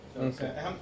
Okay